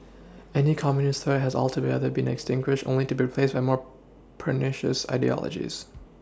any communist threat has alto be other been extinguished only to be replaced by more pernicious ideologies